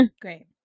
great